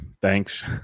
Thanks